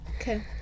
Okay